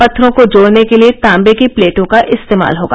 पत्थरों को जोडने के लिए तांवे की प्लेटों का इस्तेमाल होगा